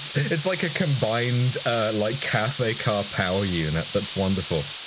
it's like a combined like cafe car power unit, that's wonderful.